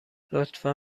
لطفا